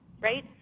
right